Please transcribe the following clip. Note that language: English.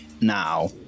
now